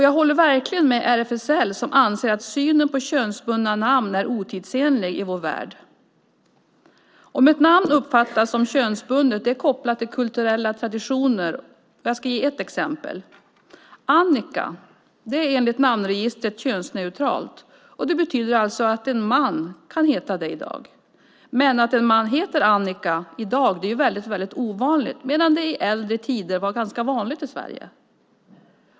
Jag håller verkligen med RFSL, som anser att synen på könsbundna namn är otidsenlig i vår värld. Om ett namn uppfattas som könsbundet är kopplat till kulturella traditioner, och jag ska ge ett exempel. Annika är enligt namnregistret könsneutralt, och det betyder alltså att en man kan heta det. Men att en man heter Annika är väldigt ovanligt i dag, medan det i äldre tider var ganska vanligt i Sverige.